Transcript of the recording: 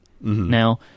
now